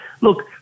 look